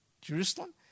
Jerusalem